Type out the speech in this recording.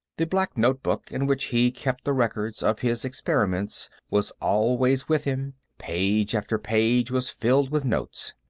the black notebook in which he kept the records of his experiments was always with him page after page was filled with notes.